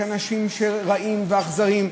כאנשים רעים ואכזריים.